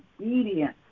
obedience